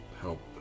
help